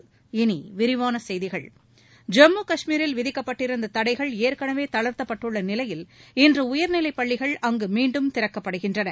இனி விரிவான செய்திகள் ஜம்மு காஷ்மீரில் விதிக்கப்பட்டிருந்த தடைகள் ஏற்கெனவே தளா்த்தப்பட்டுள்ள நிலையில் இன்று உயர்நிலைப் பள்ளிகள் அங்கு மீண்டும் திறக்கப்படுகின்றன